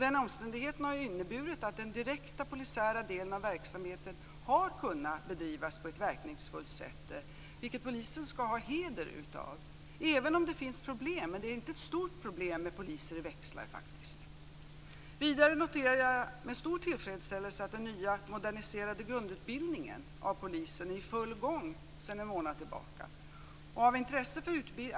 Den omständigheten har inneburit att den direkta polisiära delen av verksamheten har kunnat bedrivas på ett verkningsfullt sätt, vilket polisen skall ha heder av. Det finns problem, men det är faktiskt inget stort problem med poliser i växlar. Vidare noterar jag med stor tillfredsställelse att den nya, moderniserade grundutbildningen av poliser är i full gång sedan en månad tillbaka.